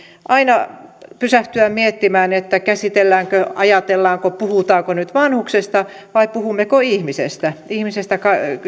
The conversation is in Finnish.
aina pysähtyä miettimään käsitelläänkö ajatellaanko puhutaanko nyt vanhuksesta vai puhummeko ihmisestä ihmisestä